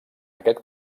aquest